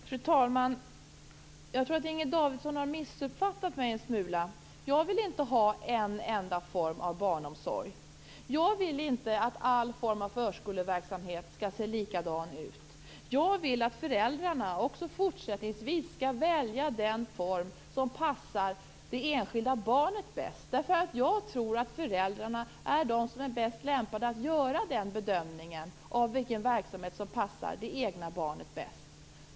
Fru talman! Jag tror att Inger Davidson har missuppfattat mig en smula. Jag vill inte ha en enda form av barnomsorg. Jag vill inte att all förskoleverksamhet skall se likadan ut. Jag vill att föräldrarna också fortsättningsvis skall välja den form som passar det enskilda barnet bäst. Jag tror nämligen att föräldrarna är de som är bäst lämpade att göra den bedömningen av vilken verksamhet som passar det egna barnet bäst.